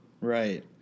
Right